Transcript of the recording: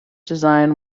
design